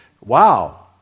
Wow